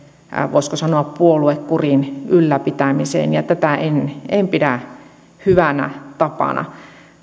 voisiko sanoa puoluekurin ylläpitämiseen ja tätä en en pidä hyvänä tapana